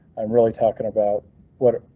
i'm really talking about what.